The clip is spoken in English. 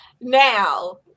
Now